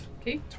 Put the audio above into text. Okay